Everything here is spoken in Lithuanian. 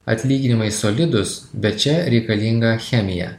atlyginimai solidūs bet čia reikalinga chemija